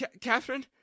Catherine